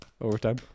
Overtime